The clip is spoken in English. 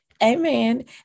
amen